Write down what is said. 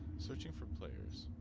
searching for players